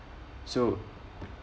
so